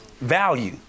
value